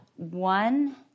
One